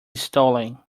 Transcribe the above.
stolen